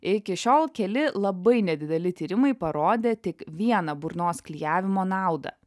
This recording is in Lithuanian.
iki šiol keli labai nedideli tyrimai parodė tik vieną burnos klijavimo naudą